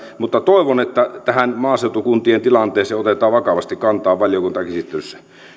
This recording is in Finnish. mutta toivon että tähän maaseutukuntien tilanteeseen otetaan vakavasti kantaa valiokuntakäsittelyssä